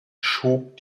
schob